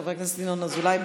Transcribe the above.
חבר הכנסת ינון אזולאי,